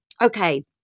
okay